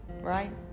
Right